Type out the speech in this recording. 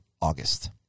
August